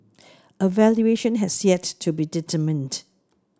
a valuation has yet to be determined